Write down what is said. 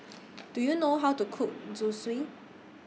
Do YOU know How to Cook Zosui